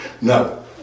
No